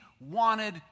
wanted